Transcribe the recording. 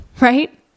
right